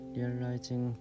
Realizing